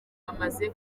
bamaze